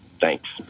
Thanks